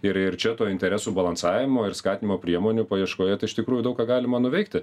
ir ir čia to interesų balansavimo ir skatinimo priemonių paieškoje tai iš tikrųjų daug ką galima nuveikti